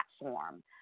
platform